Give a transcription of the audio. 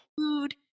food